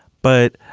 but,